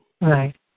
Right